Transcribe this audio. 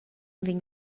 vegn